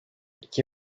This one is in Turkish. iki